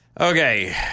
Okay